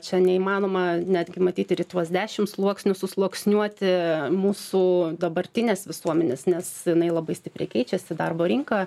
čia neįmanoma netgi matyt ir į tuos dešim sluoksnių susluoksniuoti mūsų dabartinės visuomenės nes jinai labai stipriai keičiasi darbo rinka